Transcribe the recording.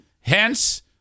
Hence